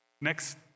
Next